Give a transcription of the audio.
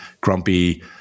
grumpy